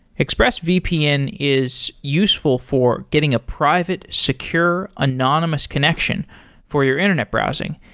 expressvpn is useful for getting a private, secure, anonymous connection for your internet browsing.